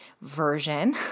version